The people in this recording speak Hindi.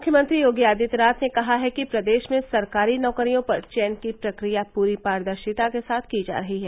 मुख्यमंत्री योगी आदित्यनाथ ने कहा है कि प्रदेश में सरकारी नौकरियों पर चयन की प्रक्रिया पूरी पारदर्शिता के साथ की जा रही है